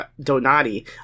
Donati